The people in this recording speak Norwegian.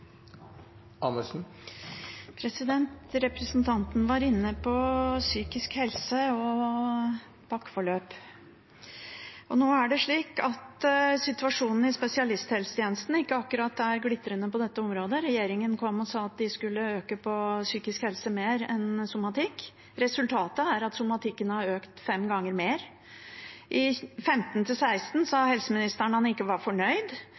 situasjonen i spesialisthelsetjenesten ikke akkurat glitrende på dette området. Regjeringen sa at de skulle øke mer på psykisk helse enn på somatikk. Resultatet er at somatikken har økt fem ganger mer. I 2015–2016 sa helseministeren at han ikke var fornøyd.